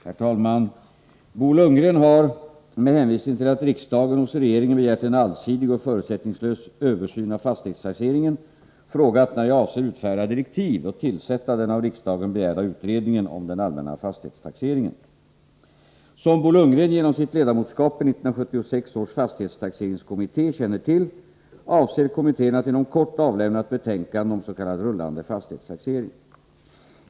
Herr talman! Bo Lundgren har — med hänvisning till att riksdagen hos regeringen begärt en allsidig och förutsättningslös översyn av fastighetstaxeringen — frågat när jag avser utfärda direktiv och tillsätta den av riksdagen begärda utredningen om den allmänna fastighetstaxeringen. Som Bo Lundgren genom sitt ledamotskap i 1976 års fastighetstaxeringskommitté känner till avser kommittén att inom kort avlämna ett betänkande om s.k. rullande fastighetstaxering.